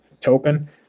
token